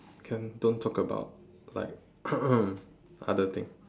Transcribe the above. can don't talk about like other thing